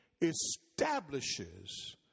establishes